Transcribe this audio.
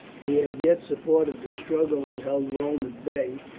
he had yet supported the struggle and held rome at bay,